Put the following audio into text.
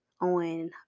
on